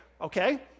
okay